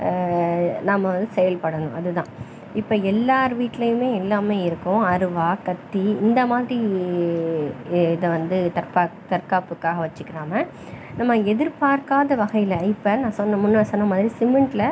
நாம் வந்து செயல்படணும் அது தான் இப்போ எல்லார் வீட்லையுமே எல்லாமே இருக்கும் அருவாள் கத்தி இந்தமாதிரி இதை வந்து தற்கா தற்காப்புக்காக வச்சிக்கிடாம நம்ம எதிர்ப்பார்க்காத வகையில் இப்போ நான் சொன்ன முன்னே சொன்ன மாதிரி சிமெண்டில்